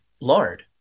lard